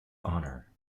honor